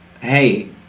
hey